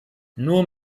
nur